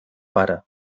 para